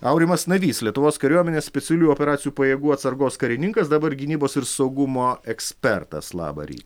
aurimas navys lietuvos kariuomenės specialiųjų operacijų pajėgų atsargos karininkas dabar gynybos ir saugumo ekspertas labą rytą